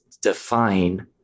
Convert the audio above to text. define